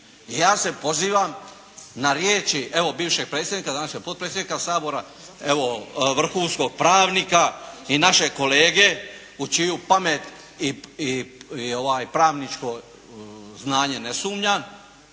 Ja se pozivam na riječi evo bivšeg predsjednika, današnjeg potpredsjednika Sabora, evo vrhunskog pravnika i našeg kolege u čiju pamet i pravničko znanje ne sumnjam,